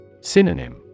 Synonym